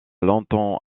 longtemps